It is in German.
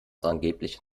angeblich